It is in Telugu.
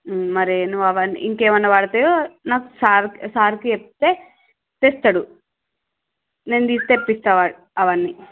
మరి నువ్వు అవ్వన్నీ ఇంకేమన్న పడతయో నాక్ సార్కి సార్కి చెప్తే తెస్తడు నేను తీసి తెప్పిస్తా అవ అవన్నీ